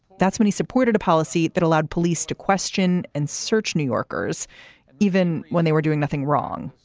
that's when he supported a policy that allowed police to question and search new yorkers even when they were doing nothing wrong.